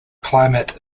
climate